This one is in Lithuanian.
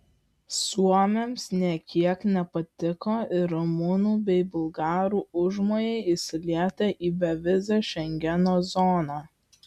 suomiams nė kiek nepatiko ir rumunų bei bulgarų užmojai įsilieti į bevizę šengeno zoną